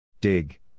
Dig